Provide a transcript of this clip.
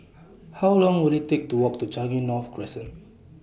How Long Will IT Take to Walk to Changi North Crescent